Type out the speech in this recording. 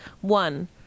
One